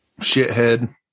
shithead